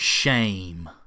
Shame